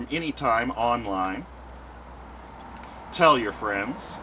him any time online tell your friends